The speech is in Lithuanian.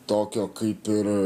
tokio kaip ir